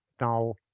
Now